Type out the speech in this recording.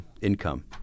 income